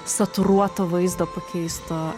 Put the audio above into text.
saturuoto vaizdo pakeisto